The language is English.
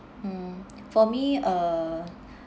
mm for me uh